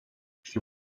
she